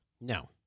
No